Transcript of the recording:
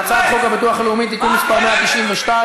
הצעת חוק הביטוח הלאומי (תיקון מס' 192)